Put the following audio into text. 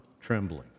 trembling